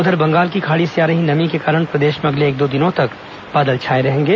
वहीं बंगाल की खाड़ी से आ रही नमी के कारण प्रदेश में अगले एक दो दिनों तक बाछल छाए रहेंगे